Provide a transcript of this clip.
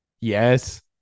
Yes